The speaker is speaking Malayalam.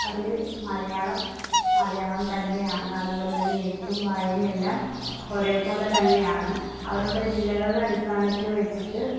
അതിൽ മലയാളം മലയാളം തന്നെയാണ് അതുപോലെ തന്നെ എഴുത്തും വായന എല്ലാം ഒരേപോലെ തന്നെയാണ് അവരുടെ ജില്ലകളുടെ അടിസ്ഥാനത്തിൽ വെച്ചിട്ട്